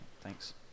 Thanks